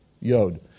Yod